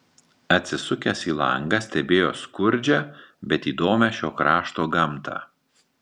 atsisukęs į langą stebėjo skurdžią bet įdomią šio krašto gamtą